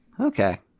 Okay